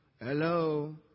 Hello